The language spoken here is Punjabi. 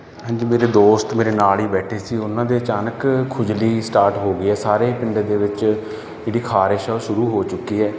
ਹਾਂਜੀ ਮੇਰੇ ਦੋਸਤ ਮੇਰੇ ਨਾਲ ਹੀ ਬੈਠੇ ਸੀ ਉਹਨਾਂ ਦੇ ਅਚਾਨਕ ਖੁਜਲੀ ਸਟਾਰਟ ਹੋ ਗਈ ਆ ਸਾਰੇ ਪਿੰਡੇ ਦੇ ਵਿੱਚ ਜਿਹੜੀ ਖਾਰਿਸ਼ ਆ ਉਹ ਸ਼ੁਰੂ ਹੋ ਚੁੱਕੀ ਹੈ